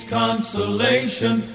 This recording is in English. consolation